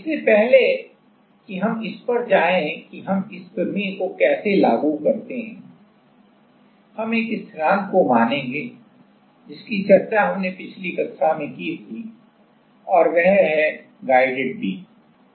इससे पहले कि हम इस पर जाएं कि हम इस प्रमेय को कैसे लागू करते हैं हम एक स्थिरांक एक को मानेंगे जिसकी चर्चा हमने पिछली कक्षा में की थी वह है गाइडेड बीम